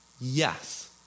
Yes